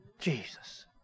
Jesus